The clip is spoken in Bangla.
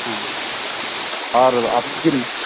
হ্যাঁ আর আপনি কি